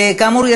כאמור,